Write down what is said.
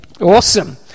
Awesome